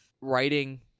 writing